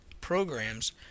programs